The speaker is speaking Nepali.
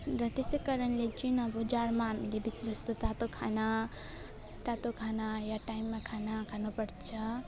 अन्त त्यसै कारणले चाहिँ अब जाडोमा हामीले बेसीजस्तो तातो खाना तातो खाना या टाइममा खाना खानुपर्छ